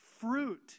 fruit